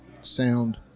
sound